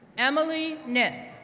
emily nip,